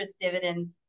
dividends